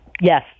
Yes